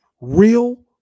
real